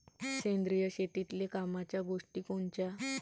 सेंद्रिय शेतीतले कामाच्या गोष्टी कोनच्या?